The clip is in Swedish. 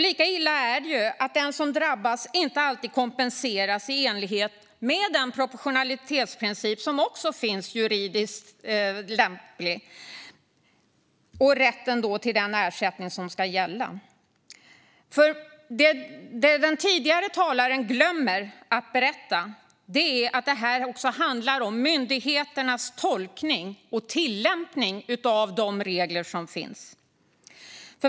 Lika illa är det att den som drabbas inte alltid kompenseras i enlighet med den proportionalitetsprincip som finns juridiskt och den rätt till ersättning som ska gälla. Det som den tidigare talaren glömmer att berätta är att detta också handlar om myndigheternas tolkning och tillämpning av de regler som finns.